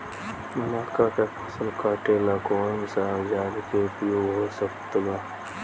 मक्का के फसल कटेला कौन सा औजार के उपयोग हो सकत बा?